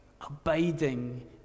abiding